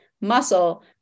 muscle